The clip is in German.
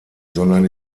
sondern